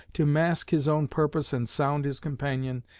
to mask his own purpose and sound his companion,